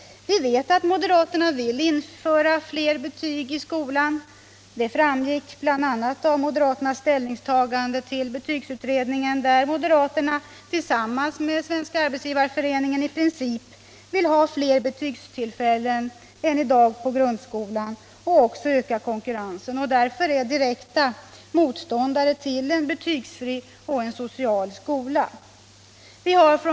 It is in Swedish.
Vi vet att moderaterna vill införa fler betyg i skolan. Det framgick bl.a. av moderaternas ställningstagande till betygsutredningen, där moderaterna tillsammans med Svenska arbetsgivareföreningen i princip visade sig vilja ha fler betygstillfällen i grundskolan än i dag och därmed också öka konkurrensen. Därför är de direkta motståndare till en betygsfri och social skola.